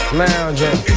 lounging